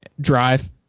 Drive